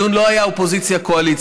והדיון לא היה אופוזיציה קואליציה.